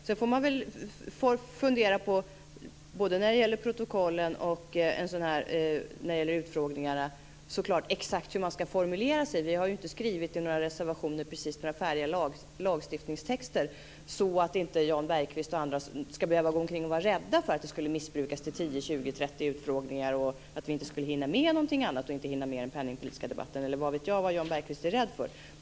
Sedan får man väl, både när det gäller protokollen och utfrågningarna, fundera på exakt hur man ska formulera sig. Vi har ju inte skrivit några färdiga lagtexter i några reservationer precis. Jan Bergqvist och andra ska inte behöva gå omkring och vara rädda för att det skulle missbrukas till att bli tio, tjugo eller trettio utfrågningar så att vi inte skulle hinna med något annat, t.ex. den penningpolitiska debatten - eller vad vet jag vad Jan Bergqvist är rädd för.